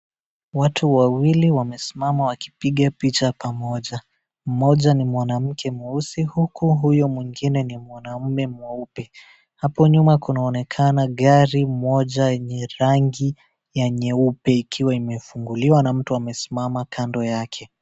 Watu wawili wamesimama wakipiga picha pamoja. Mmoja ni mwamke mweusi huku huyo mwingine ni mwanaume mweupe. Hapo nyuma kunaonekana gari moja yenye rangi ya nyeupe ikiwa imefunguliwa na mtu amesimama kando yake.